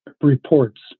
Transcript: reports